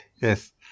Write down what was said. Yes